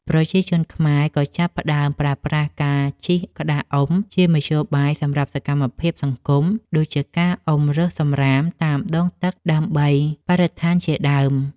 ប្រជាជនខ្មែរក៏ចាប់ផ្តើមប្រើប្រាស់ការជិះក្តារអុំ ជាមធ្យោបាយសម្រាប់សកម្មភាពសង្គម ដូចជាការអុំរើសសំរាមតាមដងទឹកដើម្បីបរិស្ថានជាដើម។